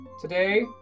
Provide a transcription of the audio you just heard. today